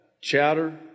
chatter